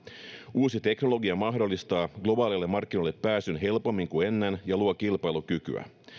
uusi teknologia mahdollistaa globaaleille markkinoille pääsyn helpommin kuin ennen ja luo kilpailukykyä